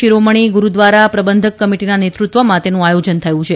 શિરોમણી ગુરૂદ્વારા પ્રબંધક કમીટીના નેતૃત્વમાં તેનું આથોજન થયું છે